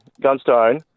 gunstone